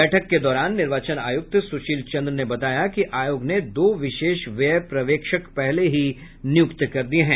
बैठक के दौरान निर्वाचन आयुक्त सुशील चन्द्र ने बताया कि आयोग ने दो विशेष व्यय पर्यवेक्षक पहले ही नियुक्त कर दिए हैं